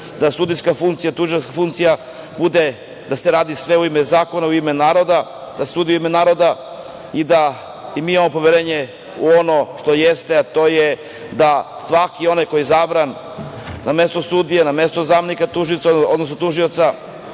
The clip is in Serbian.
da sudijska i tužilačka funkcija bude… da se sve radi u ime zakona, u ime naroda, da se sudi u ime naroda i da i mi imamo poverenje u ono što jeste, a to je da svaki onaj koji je izabran na mesto sudije, na mesto zamenika tužioca, odnosno tužioca,